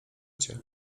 cię